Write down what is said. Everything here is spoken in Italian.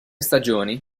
stagioni